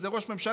איזה ראש ממשלה,